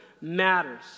matters